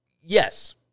Yes